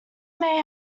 may